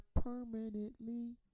permanently